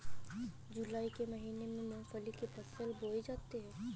जूलाई के महीने में मूंगफली की फसल बोई जाती है